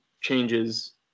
changes